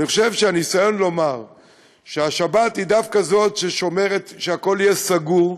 אני חושב שהניסיון לומר שהשבת היא דווקא ששומרת ושהכול יהיה סגור,